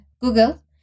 google